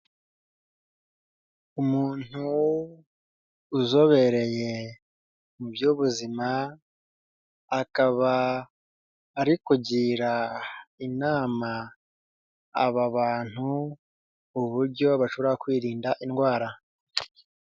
Umuntu uzobereye mu by'ubuzima akaba ari kugira inama aba bantu uburyo bashobora kwirinda indwara.